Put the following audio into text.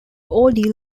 ordeal